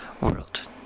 world